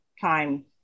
time